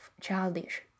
childish